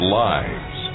lives